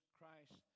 Christ